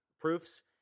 proofs